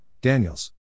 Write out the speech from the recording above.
Daniels